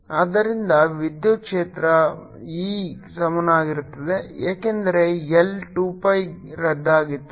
ಆದ್ದರಿಂದ ವಿದ್ಯುತ್ ಕ್ಷೇತ್ರ E ಸಮಾನವಾಗಿರುತ್ತದೆ ಏಕೆಂದರೆ L 2 pi ರದ್ದಾಗುತ್ತದೆ